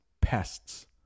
pests